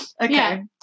Okay